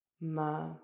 ma